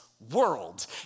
world